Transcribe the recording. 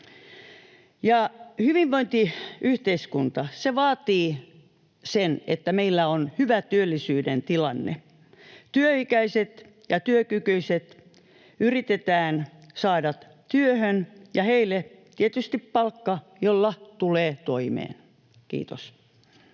Hyvinvointiyhteiskunta vaatii sen, että meillä on hyvä työllisyyden tilanne. Työikäiset ja työkykyiset yritetään saada työhön ja heille tietysti palkka, jolla tulee toimeen. — Kiitos.